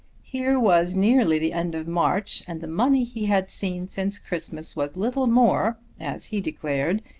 here was nearly the end of march and the money he had seen since christmas was little more, as he declared,